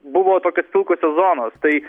buvo tokios pilkosios zonos tai